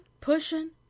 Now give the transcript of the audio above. Pushing